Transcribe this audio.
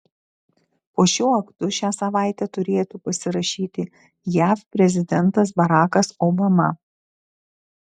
po šiuo aktu šią savaitę turėtų pasirašyti jav prezidentas barakas obama